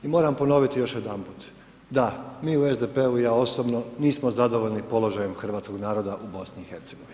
I moram ponoviti još jedanput, da mi u SDP-u i ja osobno nismo zadovoljni položajem hrvatskog naroda u BIH.